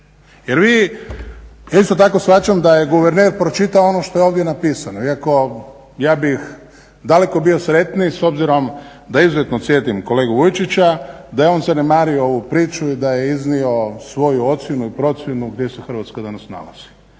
Jer vi, ja isto tako shvaćam da je guverner pročitao ono što je ovdje napisano iako ja bih daleko bio sretniji s obzirom da izuzetno cijenim kolegu Vujičića da je on zanemario ovu priču i da je iznio svoju ocjenu i procjenu gdje se Hrvatska danas nalazi.